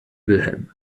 wilhelm